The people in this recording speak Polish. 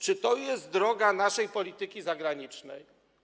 Czy to jest droga naszej polityki zagranicznej?